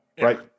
Right